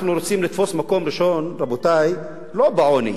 אנחנו רוצים לתפוס מקום ראשון, רבותי, לא בעוני,